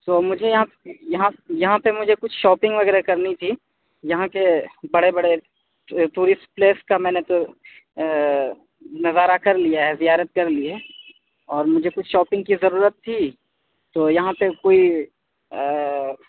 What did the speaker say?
تو مجھے یہاں پہ مجھے کچھ شاپنگ وغیرہ کرنی تھی یہاں کے بڑے بڑے ٹورسٹ پلیس کا میں نے تو نظارہ کر لیا ہے زیارت کر لی ہے اور مجھے کچھ شاپنگ کی ضرورت تھی تو یہاں پہ کوئی